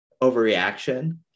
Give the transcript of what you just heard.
overreaction